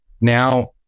now